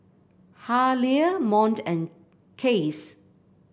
Haleigh Mont and Case